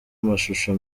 amashusho